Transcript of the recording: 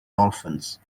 dolphins